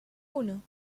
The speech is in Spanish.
uno